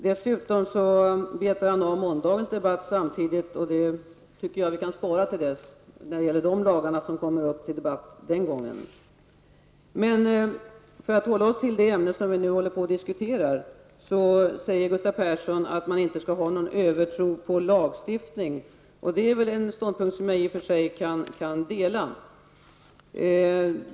Dessutom betar Gustav Persson av litet av måndagens debatt. Det tycker jag att vi kan spara tills vi skall ha den debatten. För att hålla oss till det ämne som vi nu diskuterar: Gustav Persson säger att vi inte skall ha någon övertro på lagstiftningen. Det är en ståndpunkt som jag i och för sig kan dela.